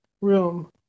room